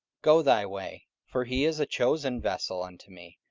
go thy way for he is a chosen vessel unto me,